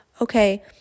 okay